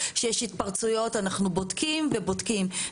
כשיש התפרצויות אנחנו בודקים ובודקים.